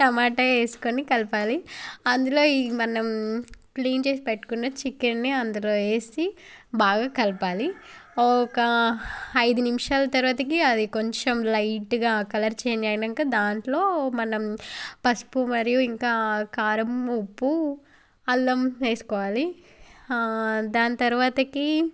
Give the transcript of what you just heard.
tomato వేసుకొని కలపాలి అందులో ఈ మనం క్లీన్ చేసి పెట్టుకున్న చికెన్ని అందులో వేసి బాగా కలపాలి ఒక ఐదు నిమిషాల తర్వాత అది కొంచెం లైట్గా కలర్ చేంజ్ అయ్యాక దాంట్లో మనం పసుపు మరియు ఇంకా కారం ఉప్పు అల్లం వేసుకోవాలి దాని తర్వాత